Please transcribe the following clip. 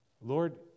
Lord